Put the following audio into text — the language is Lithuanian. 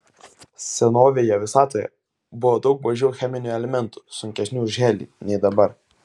senovėje visatoje buvo daug mažiau cheminių elementų sunkesnių už helį nei dabar